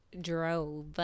Drove